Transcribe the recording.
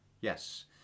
Yes